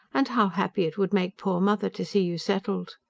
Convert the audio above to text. and how happy it would make poor mother to see you settled!